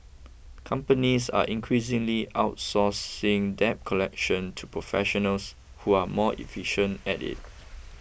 companies are increasingly outsourcing debt collection to professionals who are more efficient at it